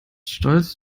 stolz